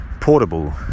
portable